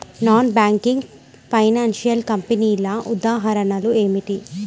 Non banking financial కంపెనీల ఉదాహరణలు ఏమిటి?